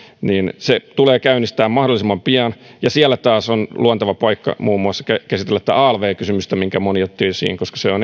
niin se tulee käynnistää mahdollisimman pian siellä taas on luonteva paikka muun muassa käsitellä alv kysymystä minkä moni otti esiin koska se on